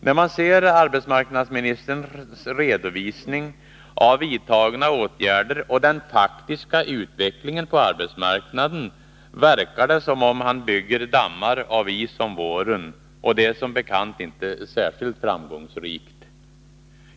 När man ser arbetsmarknadsministerns redovisning av vidtagna åtgärder och den faktiska utvecklingen på arbetsmarknaden, verkar det som om han bygger dammar av is om våren. Och det är som bekant inte särskilt framgångsrikt.